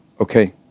okay